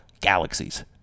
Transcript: galaxies